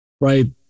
right